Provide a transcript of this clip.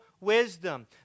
wisdom